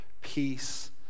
peace